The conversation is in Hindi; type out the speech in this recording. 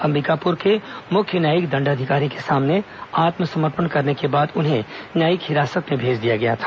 अंबिकापुर के मुख्य न्यायिक दंडाधिकारी के सामने आत्मसमर्पण करने के बाद उन्हें न्यायिक हिरासत में भेज दिया गया था